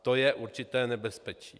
To je určité nebezpečí.